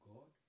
God